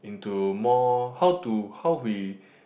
into more how to how we